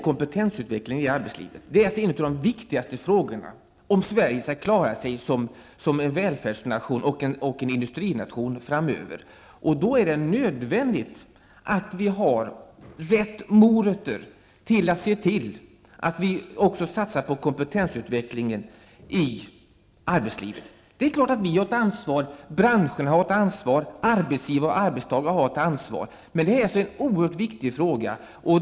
Kompetensutvecklingen i arbetslivet är en av de viktigaste frågorna när det gäller om Sverige framöver skall klara sig som en välfärdsnation och som en industrination. Då är det nödvändigt att vi har rätt morötter, så att man satsar på kompetensutvecklingen i arbetslivet. Det är klart att vi har ett ansvar, att branscherna har ett ansvar och att arbetsgivare och arbetstagare har ett ansvar, men detta är en oerhört viktig fråga.